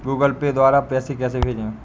Google Pay द्वारा पैसे कैसे भेजें?